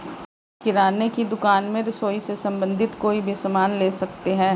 किराने की दुकान में रसोई से संबंधित कोई भी सामान ले सकते हैं